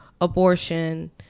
abortion